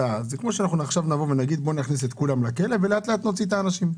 נבוא ונגיד שנכניס את כולם לכלא ולאט לאט נוציא את האנשים.